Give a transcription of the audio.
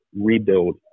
rebuild